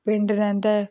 ਪਿੰਡ ਰਹਿੰਦਾ ਹੈ